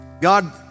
God